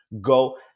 go